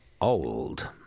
old